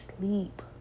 sleep